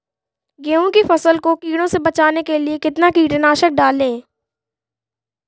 गेहूँ की फसल को कीड़ों से बचाने के लिए कितना कीटनाशक डालें?